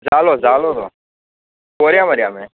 जालो जालो तो कोरया मरे आमी